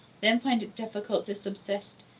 then find it difficult to subsist,